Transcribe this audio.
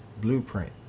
blueprint